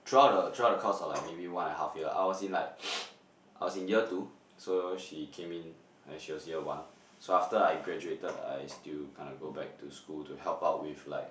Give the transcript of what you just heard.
throughout the throughout the course of maybe like one and a half year I was in like I was in year two so she came in and she was year one so after I graduated I still kinda go back to school to help out with like